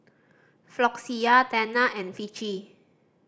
Floxia Tena and Vichy